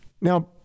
Now